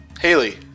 Haley